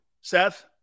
Seth